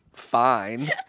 Fine